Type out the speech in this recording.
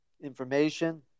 information